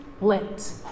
lit